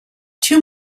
two